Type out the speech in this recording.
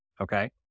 okay